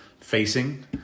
facing